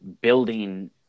building